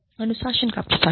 अनुशासन का प्रशासन